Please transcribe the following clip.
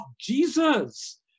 Jesus